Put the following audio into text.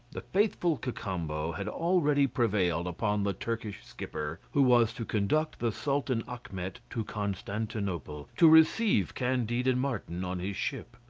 the faithful cacambo had already prevailed upon the turkish skipper, who was to conduct the sultan achmet to constantinople, to receive candide and martin on his ship.